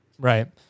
Right